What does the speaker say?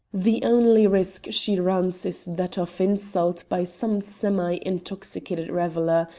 the only risk she runs is that of insult by some semi-intoxicated reveller,